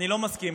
אני לא מסכים,